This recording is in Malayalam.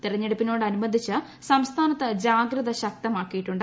തെരഞ്ഞെടുപ്പിനോട് അനുബന്ധിച്ച് സംസ്ഥാനത്ത് ജാഗ്രത ശക്തമാക്കിയിട്ടുണ്ട്